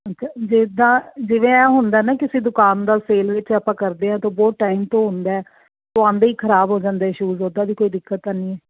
ਅੱਛਾ ਜਿੱਦਾ ਜਿਵੇਂ ਹੁੰਦਾ ਨਾ ਕਿਸੇ ਦੁਕਾਨ ਦਾ ਫੇਲ ਵਿੱਚ ਆਪਾਂ ਕਰਦੇ ਆ ਤਾਂ ਬਹੁਤ ਟਾਈਮ ਤੋਂ ਹੁੰਦਾ ਉਹ ਆਉਂਦੇ ਹੀ ਖਰਾਬ ਹੋ ਜਾਂਦੇ ਸ਼ੂਜ਼ ਉਦਾਂ ਦੀ ਕੋਈ ਦਿੱਕਤ ਤਾਂ ਨਹੀਂ